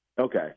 Okay